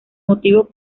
motivos